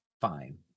fine